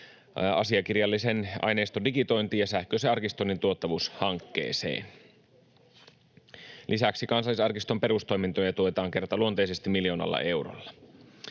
asiakirjallisen aineiston digitointiin ja sähköisen arkistoinnin tuottavuushankkeeseen. Lisäksi Kansallisarkiston perustoimintoja tuetaan kertaluonteisesti miljoonalla eurolla.